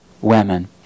women